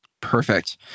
Perfect